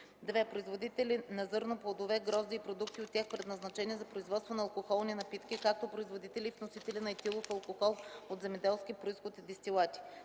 2. производители на зърно, плодове, грозде и продукти от тях, предназначени за производство на алкохолни напитки, както производители и вносители на етилов алкохол от земеделски произход и дестилати;